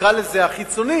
נקרא לזה החיצונית,